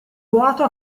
boato